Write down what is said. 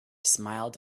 smiled